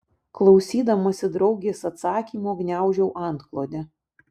klausydamasi draugės atsakymo gniaužau antklodę